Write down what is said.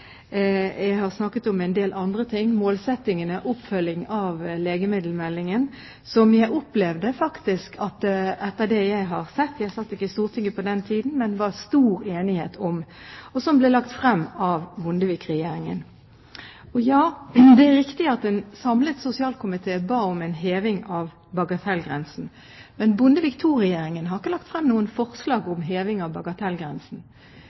Jeg har snakket om en del andre ting, om målsettingene i og oppfølging av legemiddelmeldingen, som etter det jeg har sett – jeg satt ikke i Stortinget på den tiden – det var stor enighet om, og som ble lagt frem av Bondevik-regjeringen. Det er riktig at en samlet sosialkomité ba om en heving av bagatellgrensen. Men Bondevik II-regjeringen har ikke lagt frem noe forslag om heving av bagatellgrensen.